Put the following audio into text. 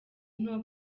nto